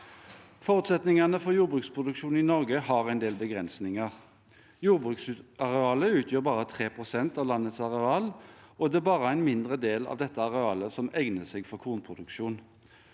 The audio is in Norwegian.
Forutsetningene for jordbruksproduksjon i Norge har en del begrensninger. Jordbruksarealet utgjør bare 3 pst. av landets areal, og det er bare en mindre del av dette arealet som egner seg for kornproduksjon.